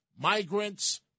migrants